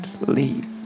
leave